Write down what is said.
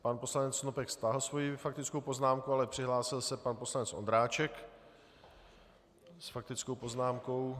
Pan poslanec Snopek stáhl svoji faktickou poznámku, ale přihlásil se pan poslanec Ondráček s faktickou poznámkou.